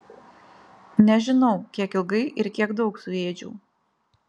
nežinau kiek ilgai ir kiek daug suėdžiau